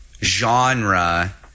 genre